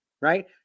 right